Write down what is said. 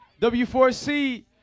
W4C